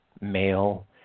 male